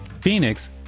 Phoenix